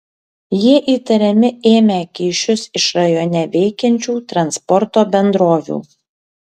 jie įtariami ėmę kyšius iš rajone veikiančių transporto bendrovių